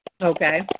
Okay